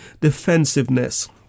defensiveness